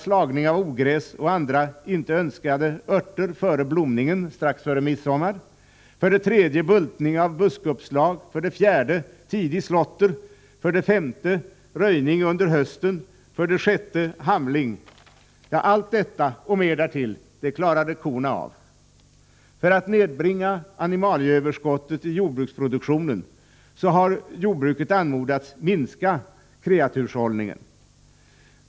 Slagning av ogräs och andra icke önskade örter före blomningen, strax före midsommar. Allt detta och mer därtill klarade korna av. För att nedbringa överskottet på animalieprodukter har jordbruket anmodats minska kreaturshållningen.